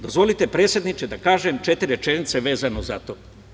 Dozvolite, predsedniče, da kažem četiri rečenice vezano za to.